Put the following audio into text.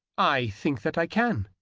i think that i can.